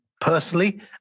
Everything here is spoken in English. personally